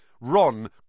Ron